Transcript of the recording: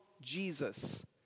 Jesus